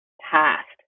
past